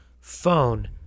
phone